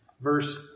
verse